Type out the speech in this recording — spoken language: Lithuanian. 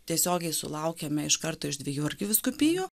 tiesiogiai sulaukiame iš karto iš dviejų arkivyskupijų